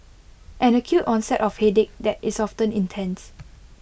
an acute onset of headache that is often intense